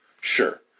Sure